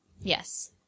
yes